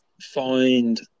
find